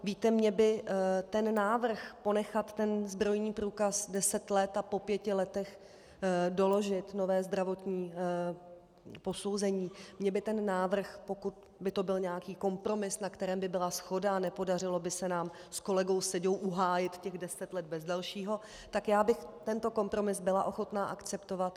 Víte, mě by návrh ponechat zbrojní průkaz 10 let a po 5 letech doložit nové zdravotní posouzení, mě by ten návrh, pokud by to byl nějaký kompromis, na kterém by byla shoda, nepodařilo se nám s kolegou Seďou uhájit těch 10 let bez dalšího, tak já bych tento kompromis byla ochotna akceptovat.